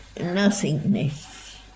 nothingness